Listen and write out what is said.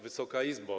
Wysoka Izbo!